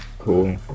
Cool